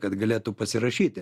kad galėtų pasirašyti